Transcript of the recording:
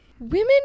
Women